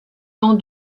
tend